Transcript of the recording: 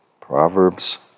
Proverbs